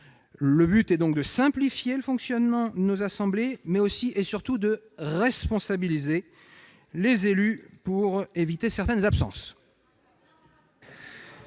Le but est de simplifier le fonctionnement de nos assemblées, mais aussi et surtout de responsabiliser les élus, afin d'éviter certaines absences.